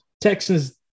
Texans